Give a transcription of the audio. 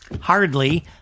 Hardly